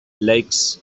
lakes